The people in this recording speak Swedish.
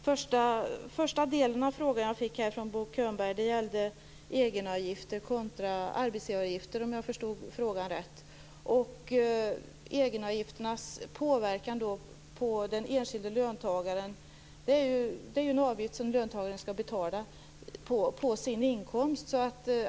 Fru talman! Första delen av Bo Könbergs fråga gällde egenavgifter kontra arbetsgivaravgifter, om jag förstod frågan rätt, och egenavgifternas påverkan på den enskilde löntagaren. Det här är ju en avgift som löntagaren skall betala på sin inkomst.